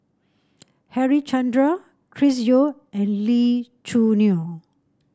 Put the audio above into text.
Harichandra Chris Yeo and Lee Choo Neo